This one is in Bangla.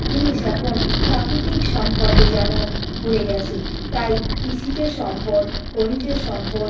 দেশ এখন প্রাকৃতিক সম্পদে যেন ভরে গিয়েছে তাই কৃষিজ সম্পদ খনিজ সম্পদ